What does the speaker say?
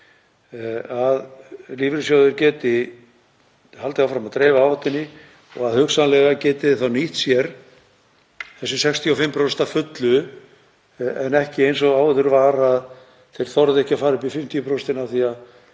að lífeyrissjóðir geti haldið áfram að dreifa áhættunni og geti þá hugsanlega nýtt sér þessi 65% að fullu en ekki eins og áður var að þeir þorðu ekki að fara upp í 50% af því að